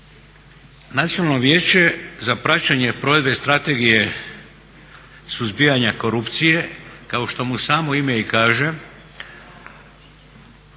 Nacionalno vijeće za praćenje provedbe Strategije suzbijanja korupcije kao što mu samo ime i kaže